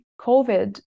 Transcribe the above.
covid